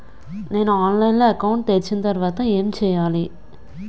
నేను ఆన్లైన్ లో అకౌంట్ తెరిచిన తర్వాత ఏం చేయాలి?